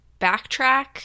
backtrack